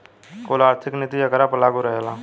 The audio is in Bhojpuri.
कुल आर्थिक नीति एकरा पर लागू रहेला